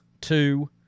two